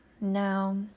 Now